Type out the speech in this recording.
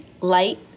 light